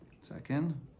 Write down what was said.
Second